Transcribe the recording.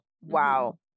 wow